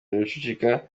araceceka